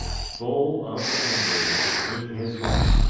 full of anger with the queen his wife,